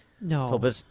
No